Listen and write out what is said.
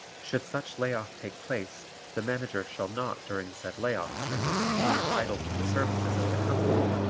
should such lay-off take place the manager shall not during said lay-off period be entitled to the services of the company